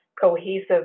cohesive